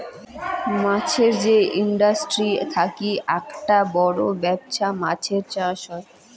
মাছের যে ইন্ডাস্ট্রি থাকি আককটা বড় বেপছা মাছের চাষ হই